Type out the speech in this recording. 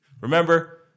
Remember